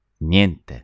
Niente